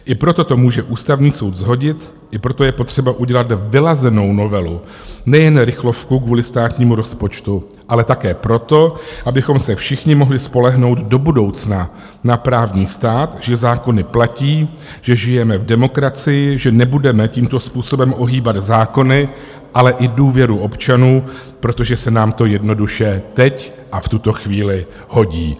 I proto to může Ústavní soud shodit, i proto je potřeba udělat vyladěnou novelu, nejen rychlovku kvůli státnímu rozpočtu, ale také proto, abychom se všichni mohli spolehnout do budoucna na právní stát, že zákony platí, že žijeme v demokracii, že nebudeme tímto způsobem ohýbat zákony, ale i důvěru občanů, protože se nám to jednoduše teď a v tuto chvíli hodí.